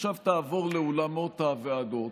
תעבור לאולמות הוועדות,